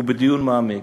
ובדיון מעמיק.